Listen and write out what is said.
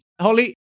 Holly